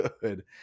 good